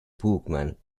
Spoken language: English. bookman